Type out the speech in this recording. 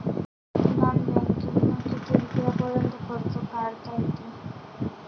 Non बँकिंगनं किती रुपयापर्यंत कर्ज काढता येते?